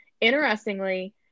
interestingly